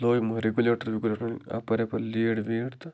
اَپٲرۍ یَپٲرۍ لیٖڈ ویٖڈ تہٕ